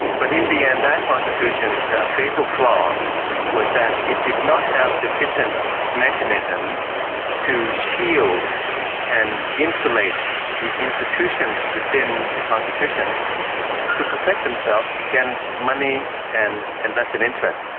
but in the end that constitution's fatal flaw was that it did not have sufficient mechanisms to shield and insulate the institutions within the constitution to protect themselves against money and and vested interests.